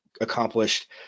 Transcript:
accomplished